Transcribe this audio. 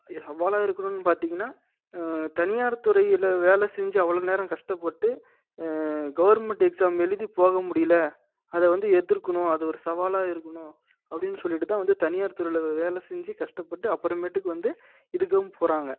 ஏன் சவாலாக இருக்கணுன் பார்த்தீங்கன்னா தனியார் துறையில் வேலை செஞ்சு அவ்வளோ நேரம் கஷ்டப்பட்டு கவர்மெண்ட் எக்ஸாம் எழுதி போக முடியல அதை வந்து எதிர்க்கணும் அது ஒரு சவாலாக இருக்கணும் அப்படின் சொல்லிவிட்டு தான் வந்து தனியார் துறையில் வே வேலை செஞ்சு கஷ்டப்பட்டு அப்புறமேட்டுக்கு வந்து இதுக்கும் போகிறாங்க